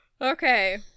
Okay